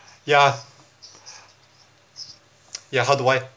ya ya how do I